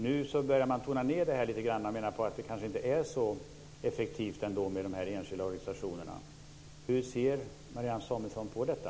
Nu börjar man tona ned det här lite grann och menar att det kanske inte är så effektivt med de enskilda organisationerna. Hur ser Marianne Samuelsson på detta?